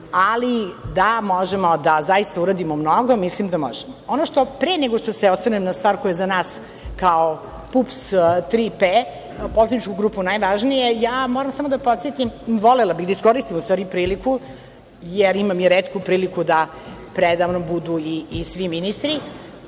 ali da možemo zaista da uradimo mnogo, mislim da možemo. Pre nego što se osvrnem na stvar koja je za nas kao PUPS - "Tri P" poslaničku grupu najvažnije, moram samo da podsetim i volela bih da iskoristim priliku, jer imam i retku priliku da preda mnom budu i svi ministri,